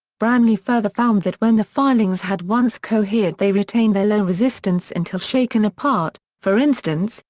branly further found that when the filings had once cohered they retained their low resistance until shaken apart, for instance,